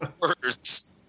words